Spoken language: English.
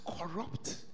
corrupt